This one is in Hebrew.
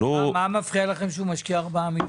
מה מפריע לכם שהוא משקיע 4 מיליון?